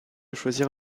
choisir